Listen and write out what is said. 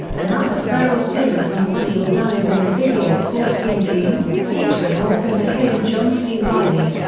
another ferrell appearance on funny or die is in the video called green team, featuring also mckay and john c reilly.